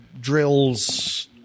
drills